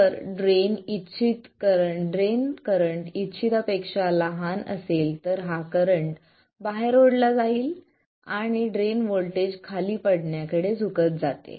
जर drain current इच्छितपेक्षा लहान असेल तर हा करंट बाहेर ओढला जाईल आणि ड्रेन व्होल्टेज खाली पडण्याकडे झुकत जाते